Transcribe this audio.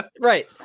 right